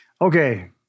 Okay